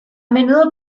menudo